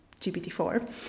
GPT-4